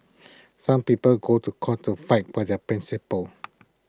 some people go to court to fight for their principles